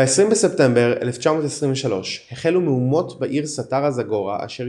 ב-20 בספטמבר 1923 החלו מהומות בעיר סטארה זאגורה אשר